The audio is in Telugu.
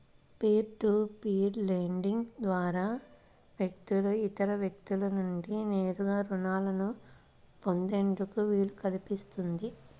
పీర్ టు పీర్ లెండింగ్ ద్వారా వ్యక్తులు ఇతర వ్యక్తుల నుండి నేరుగా రుణాలను పొందేందుకు వీలు కల్పిస్తుంది